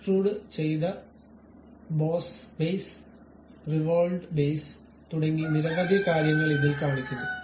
extrude ചെയ്ത boss base revolved base തുടങ്ങി നിരവധി കാര്യങ്ങൾ ഇതിൽ കാണിക്കുന്നു